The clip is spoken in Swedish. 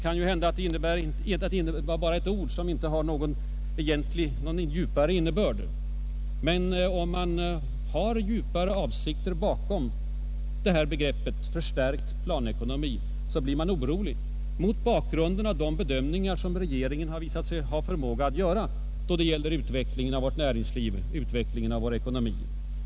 Kanhända var det bara ord utan egentlig innebörd, men om det ligger djupare avsikter bakom begreppet ”förstärkt planekonomi”, blir man orolig mot bakgrunden av de bedömningar som regeringen gjort då det gäller utvecklingen av vårt näringsliv och vår ekonomi.